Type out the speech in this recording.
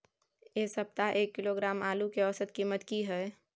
ऐ सप्ताह एक किलोग्राम आलू के औसत कीमत कि हय?